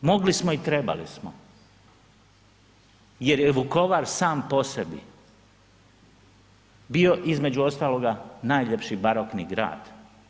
Mogli smo i trebali smo jer je Vukovar sam po sebi bio, između ostaloga, najljepši barokni grad.